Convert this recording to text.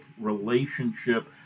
relationship